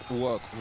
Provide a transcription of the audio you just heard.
work